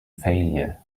failure